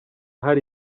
hari